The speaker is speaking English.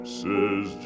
says